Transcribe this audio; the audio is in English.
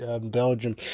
Belgium